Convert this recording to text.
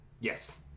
Yes